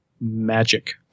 Magic